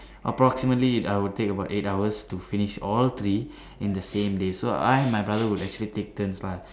approximately I would take about eight hours to finish all three in the same day so I and my brother will actually take turns lah